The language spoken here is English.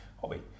hobby